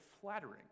flattering